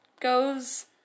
Goes